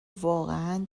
واقعا